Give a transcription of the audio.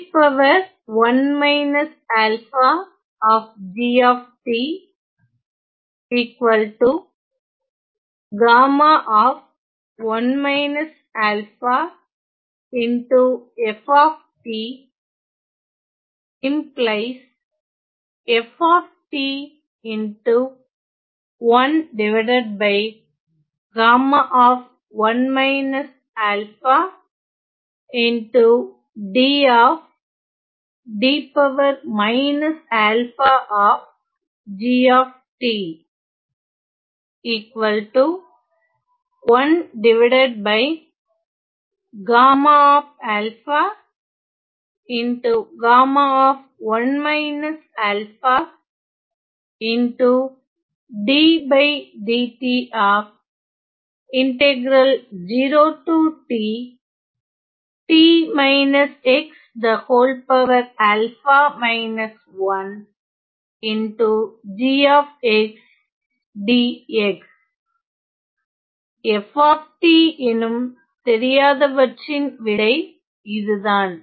f எனும் தெரியாதவற்றின் விடை இதுதான்